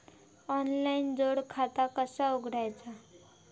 Online जोड खाता कसा उघडायचा?